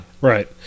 right